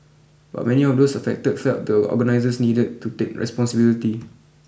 but many of those affected felt the organisers needed to take responsibility